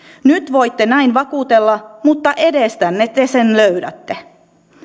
nyt voitte näin vakuutella mutta edestänne te sen löydätte